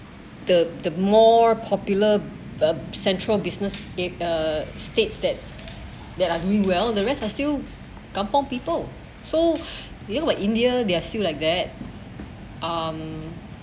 the the more popular the central business it uh states that that are doing well the rest are still kampung people so you know like india they're still like that um